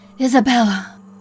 Isabella